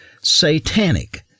satanic